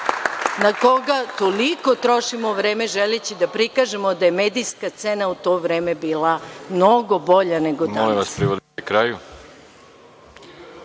na koga toliko trošimo vreme, želeći da prikažemo da je medijska scena u to vreme bila mnogo bolja nego danas.